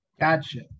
gotcha